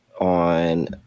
on